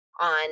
on